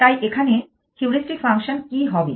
তাই এখানে heuristic function কী হবে